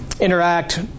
interact